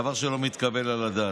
דבר שלא מתקבל על הדעת.